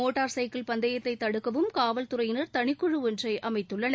motor cycle பந்தயத்தை தடுக்கவும் காவல்துறையினர் தனிக்குழு ஒன்றை அமைத்துள்ளன்